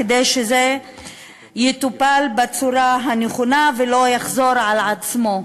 כדי שזה יטופל בצורה הנכונה ולא יחזור על עצמו.